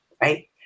right